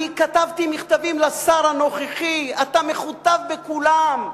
אני כתבתי מכתבים לשר הנוכחי, אתה מכותב בכולם,